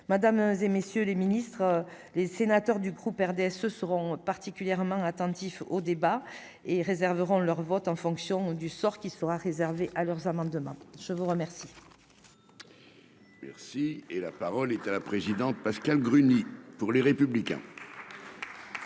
Madame et messieurs les ministres, les sénateurs du groupe RDSE seront particulièrement attentifs aux débats et réserveront leur vote en fonction du sort qui sera réservé à leurs amendements, je vous remercie.